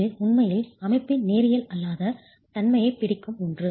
இது உண்மையில் அமைப்பின் நேரியல் அல்லாத தன்மையைப் பிடிக்கும் ஒன்று